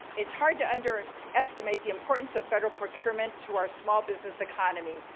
it's hard to and underestimate the importance of federal procurement to our small business economy,